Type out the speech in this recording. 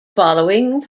following